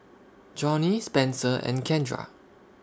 Johny Spenser and Kendra